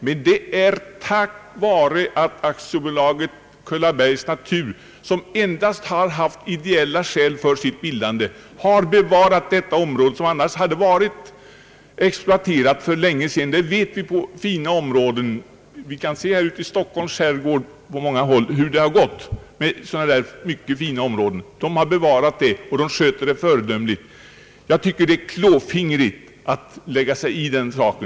Men det är tack vare att AB Kullabergs natur har bevarat detta område, som annars skulle ha varit exploaterat för länge sedan, Vi vet att det t.ex. i Stockholms skärgård på många håll finns sådana här mycket fina områden, som har bevarats och skötts på ett föredömligt sätt. Jag tycker det är klåfingrigt att lägga sig i en sådan sak.